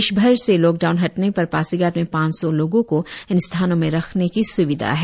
देशभर से लोकडाउन हटने पर पासीघाट में पांच सौ लोगों को इन स्थानों में रखने की स्विधा है